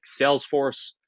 Salesforce